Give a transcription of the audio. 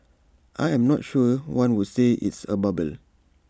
I am not sure one would say it's A bubble